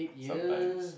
sometimes